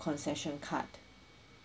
concession card